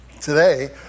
Today